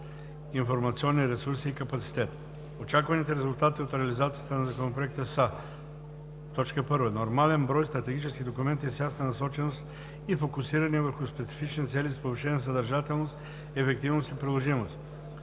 информационни ресурси и капацитет. Очакваните резултати от реализацията на Законопроекта са: 1. Намален брой стратегически документи с ясна насоченост и фокусирани върху специфични цели с повишена съдържателност, ефективност и приложимост.